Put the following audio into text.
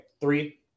three